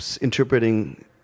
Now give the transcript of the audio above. interpreting